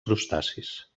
crustacis